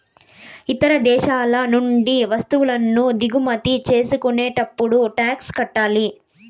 ఇతర దేశాల నుండి వత్తువులను దిగుమతి చేసుకునేటప్పుడు టాక్స్ కట్టాలి